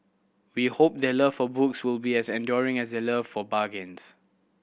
we hope their love for books will be as enduring as their love for bargains